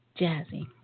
Jazzy